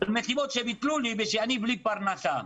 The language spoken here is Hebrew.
על מסיבות שביטלו לי כשאני בלי פרנסה.